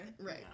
right